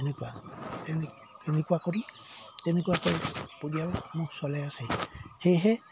এনেকুৱা এনে এনেকুৱা কৰি তেনেকুৱাকৈ পৰিয়াল মোক চলাই আছে সেয়েহে